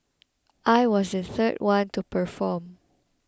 I was the third one to perform